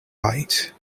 right